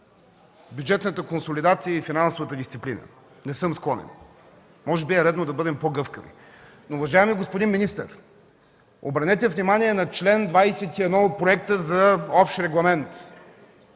бюджетната консолидация и финансовата дисциплина. Не съм склонен! Може би е редно да бъдем по-гъвкави. Уважаеми господин министър, обърнете внимание на чл. 21 от Проекта за общ регламент.